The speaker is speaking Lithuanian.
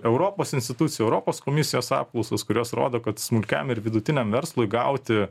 europos institucijų europos komisijos apklausos kurios rodo kad smulkiajam ir vidutiniam verslui gauti